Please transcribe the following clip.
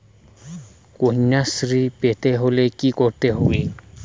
কন্যাশ্রী পেতে হলে কি করতে হবে?